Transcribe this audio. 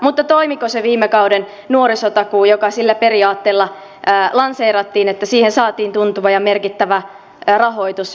mutta toimiko se viime kauden nuorisotakuu joka sillä periaatteella lanseerattiin että siihen saatiin tuntuva ja merkittävä rahoitus velkarahalla